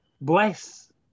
bless